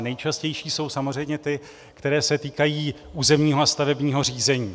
Nejčastější jsou samozřejmě ty, které se týkají územního a stavebního řízení.